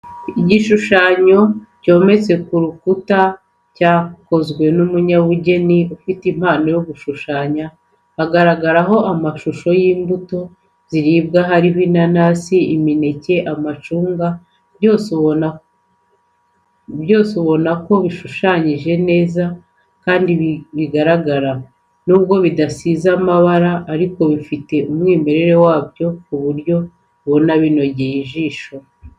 Igisushanyo cyometse ku rukuta cyakozwe n'umunyabugeni ufite impano yo gushushanya, hagaragaraho amashusho y'imbuto ziribwa harimo inanasi, imineke, amacunga byose ubona ko bishushanyije neza kandi bigaragara. Nubwo bidasize amabara ariko bifite umwimere wabyo ku buryo ubona binogeye ijisho.